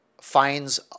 finds